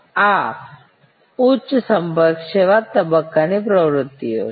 આ ઉચ્ચ સંપર્ક સેવાના તબક્કા ની પ્રવૃત્તિઓ છે